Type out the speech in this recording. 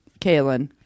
Kaylin